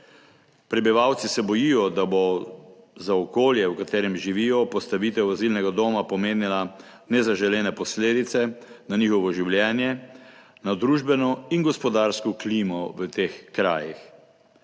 Prebivalci se bojijo, da bo za okolje, v katerem živijo, postavitev azilnega doma pomenila nezaželene posledice na njihovo življenje, na družbeno in gospodarsko klimo v teh krajih.